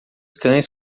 cães